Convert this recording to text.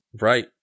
right